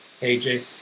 AJ